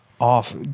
off